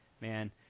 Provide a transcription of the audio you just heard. man